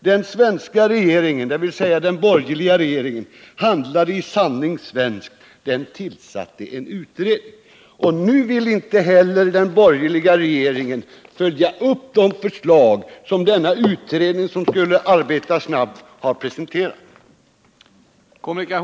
Den svenska regeringen” — dvs. den borgerliga regeringen — ”handlade i sanning svenskt — den tillsatte en utredning!” Nu vill inte heller den borgerliga regeringen följa upp de förslag som denna utredning, som skulle arbeta snabbt, har presenterat.